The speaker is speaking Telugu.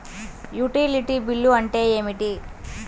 యుటిలిటీ బిల్లు అంటే ఏమిటి?